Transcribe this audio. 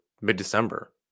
mid-December